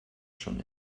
schon